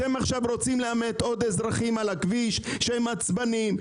אתם עכשיו רוצים לעמת עוד אזרחים על הכביש כשהם עצבניים,